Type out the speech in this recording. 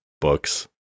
books